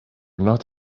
not